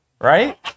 Right